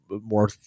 more